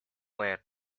lamp